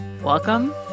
Welcome